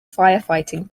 firefighting